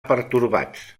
pertorbats